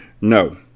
No